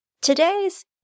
today's